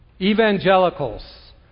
evangelicals